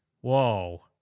Whoa